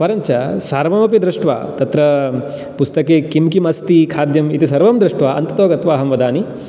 परञ्च सर्वमपि दृष्ट्वा तत्र पुस्तके किं किम् अस्ति खाद्यम् इति सर्वं दृष्ट्वा अन्ततो गत्वा अहं वदानि